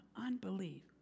unbelief